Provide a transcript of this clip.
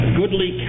goodly